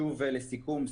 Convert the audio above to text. לסיכום,